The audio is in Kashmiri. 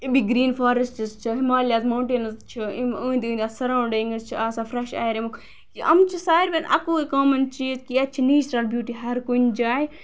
اَمِکۍ گرین فارسٹز چھِ ہِمالِیاز موٹینز چھِ یِم أندۍ أندۍ اتھ سَرَوڑِنگس چھِ آسان فریش اَیَر اَمِیُک یِم چھِ ساروٕین اَکٲو کامن چیز کہِ ییتہِ چھُ نیچرل بیٚوٹی ہرکُنہ جایہ